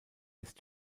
ist